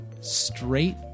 straight